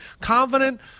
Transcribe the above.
confident